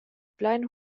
plein